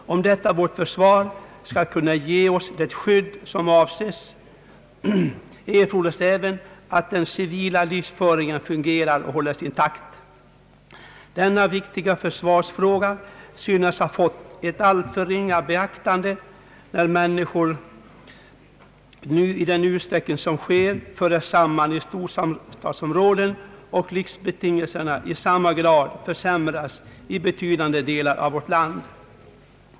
Om detta vårt försvar skall kunna ge oss det skydd som avses, erfordras även att den civila livsföringen fungerar och hålles intakt. Denna viktiga försvarsfråga synes ha fått ett alltför ringa beaktande när människorna nu i den utsträckning som sker föres samman i storstadsområden och livsbetingelserna i samma grad försämras i betydande delar av vårt land.